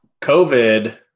COVID